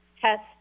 test